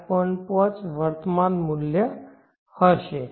5 વર્તમાન મૂલ્ય હશે